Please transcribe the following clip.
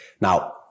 Now